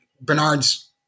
Bernard's